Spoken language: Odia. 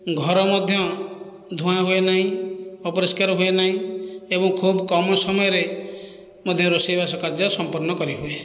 ଘର ମଧ୍ୟ ଧୂଆଁ ହୁଏନାହିଁ ଅପରିଷ୍କାର ହୁଏନାହିଁ ଏବଂ ଖୁବ୍ କମ୍ ସମୟରେ ମଧ୍ୟ ରୋଷେଇବାସ କାର୍ଯ୍ୟ ସମ୍ପନ୍ନ କରିହୁଏ